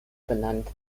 benannt